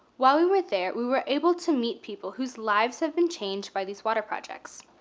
while we were there we were able to meet people whose lives have been changed by these water projects.